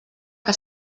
que